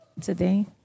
today